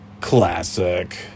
Classic